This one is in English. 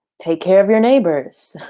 take care of your neighbors.